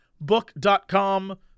Book.com